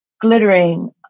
glittering